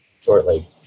shortly